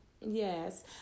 yes